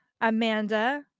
Amanda